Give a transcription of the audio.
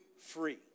free